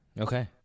Okay